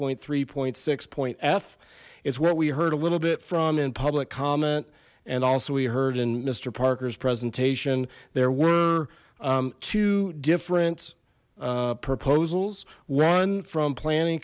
point three point six point f is what we heard a little bit from in public comment and also we heard in mister parker's presentation there were two different proposals one from planning